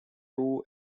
too